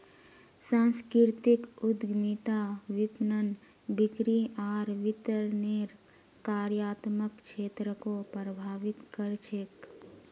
सांस्कृतिक उद्यमिता विपणन, बिक्री आर वितरनेर कार्यात्मक क्षेत्रको प्रभावित कर छेक